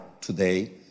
today